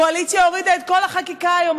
הקואליציה הורידה את כל החקיקה היום,